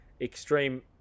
extreme